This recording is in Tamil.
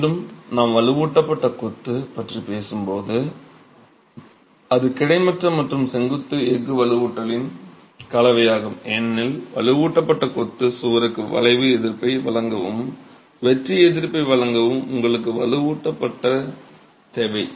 மீண்டும் நாம் வலுவூட்டப்பட்ட கொத்து பற்றி பேசும்போது அது கிடைமட்ட மற்றும் செங்குத்து எஃகு வலுவூட்டலின் கலவையாகும் ஏனெனில் வலுவூட்டப்பட்ட கொத்து சுவருக்கு வளைவு எதிர்ப்பை வழங்கவும் வெட்டு எதிர்ப்பை வழங்கவும் உங்களுக்கு வலுவூட்டல் தேவை